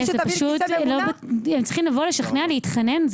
הם צריכים לבוא לשכנע, להתחנן?